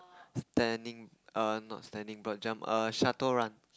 standing err not standing broad jump err shuttle run